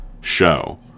show